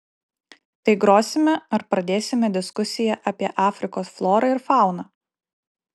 tai grosime ar pradėsime diskusiją apie afrikos florą ir fauną